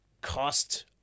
cost